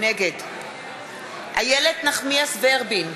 נגד משולם נהרי, נגד איילת נחמיאס ורבין,